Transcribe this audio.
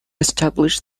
established